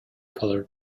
color